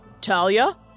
Talia